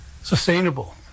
sustainable